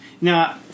now